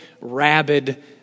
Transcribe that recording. rabid